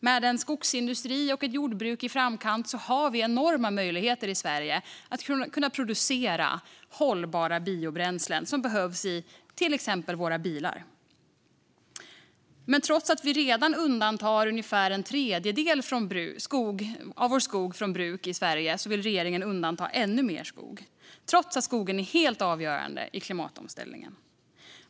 Med en skogsindustri och ett jordbruk i framkant har vi enorma möjligheter i Sverige att producera hållbara biobränslen som behövs i till exempel våra bilar. Men trots att vi i Sverige redan undantar ungefär en tredjedel av vår skog från bruk vill regeringen undanta ännu mer, trots att skogen är helt avgörande i klimatomställningen.